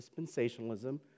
dispensationalism